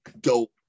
dope